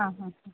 അ അ